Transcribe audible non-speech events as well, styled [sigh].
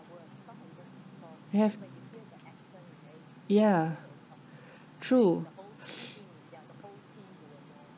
they have ya true [noise]